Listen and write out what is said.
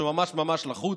הוא ממש ממש לחוץ,